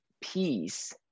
peace